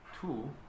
Two